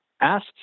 asked